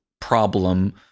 problem